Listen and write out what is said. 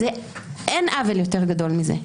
אין עוול יותר גדול מזה.